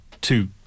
two